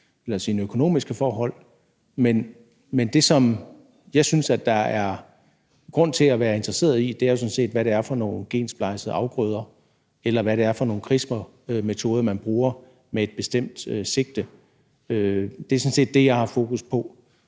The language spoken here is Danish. eller sine økonomiske forhold, men det, som jeg synes der er grund til at være interesseret i, er jo sådan set, hvad det er for nogle gensplejsede afgrøder, eller hvad det er for nogle CRISPR-metoder, man bruger med et bestemt sigte. Det er sådan set det, jeg har fokus på.